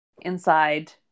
inside